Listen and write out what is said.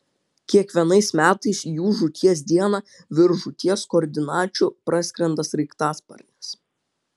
kiekvienais metais jų žūties dieną virš žūties koordinačių praskrenda sraigtasparnis